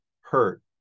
hurt